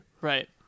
Right